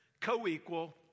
co-equal